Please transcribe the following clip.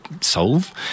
solve